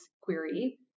query